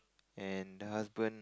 and husband